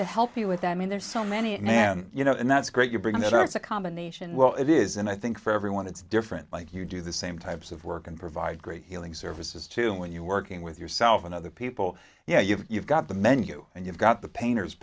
to help you with i mean there's so many and then you know and that's great you bring that out it's a combination well it is and i think for everyone it's different like you do the same types of work and provide great healing services to when you're working with yourself and other people you know you've got the menu and you've got the painters